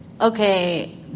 okay